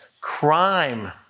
Crime